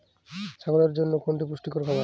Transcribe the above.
ছাগলের জন্য কোনটি পুষ্টিকর খাবার?